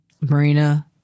Marina